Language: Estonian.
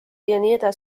jne